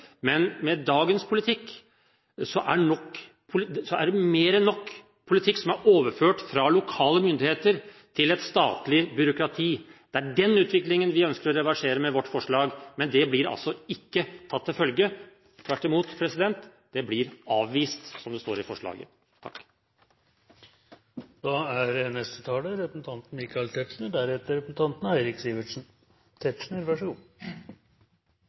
Men med dagens politikk er det mer enn nok politikk som er overført fra lokale myndigheter til et statlig byråkrati. Det er den utviklingen vi ønsker å reversere med vårt forslag. Men det blir altså ikke tatt til følge, det blir tvert imot avvist – som det står i forslaget til vedtak. Det falt et par bemerkninger, først i statsråd Navarsetes første innlegg og deretter i representanten